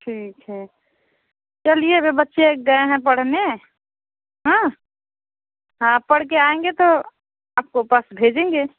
ठीक है चलिए अभी बच्चे गए हैं पढ़ने हाँ हाँ पढ़ के आएंगे तो आपको पास भेजेंगे